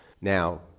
Now